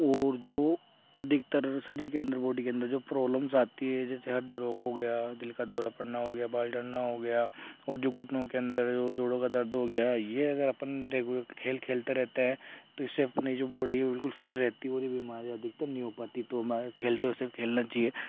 और जो अधिकतर सभी के अंदर बॉडी के अंदर जो प्रॉब्लम्स आती हैं जैसे हृदय रोग हो गया दिल का दौरा पड़ना हो गया बाल झड़ना हो गया और जो घुटनों के अंदर जो जोड़ों का दर्द हो गया यह अगर अपन रेगु खेल खेलते रहते हैं तो इससे अपनी जो बॉडी है वो बिल्कुल फिट रहती है और बीमारियां अधिकतर नहीं हो पाती तो मैं खेल तो ऐसे खेलना चाहिए